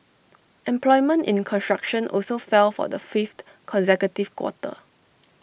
employment in construction also fell for the fifth consecutive quarter